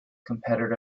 competitor